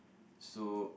so